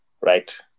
right